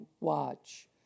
watch